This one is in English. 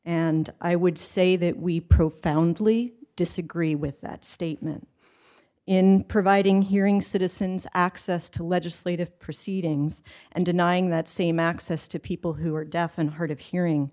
and i would say that we profoundly disagree with that statement in providing hearing citizens access to legislative proceedings and denying that same access to people who are deaf and hard of hearing